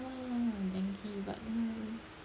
ah dengue you got